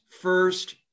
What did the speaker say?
first